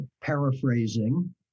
paraphrasing